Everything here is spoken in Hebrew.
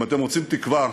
אם אתם רוצים תקווה,